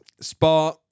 Spa